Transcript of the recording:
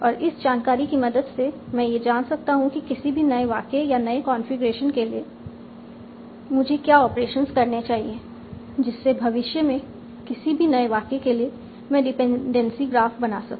और इस जानकारी की मदद से मैं यह जान सकता हूं कि किसी भी नए वाक्य या नए कॉन्फ़िगरेशन के लिए मुझे क्या ऑपरेशंस करने चाहिए जिससे भविष्य में किसी भी नए वाक्य के लिए मैं डिपेंडेंसी ग्राफ बना सकूं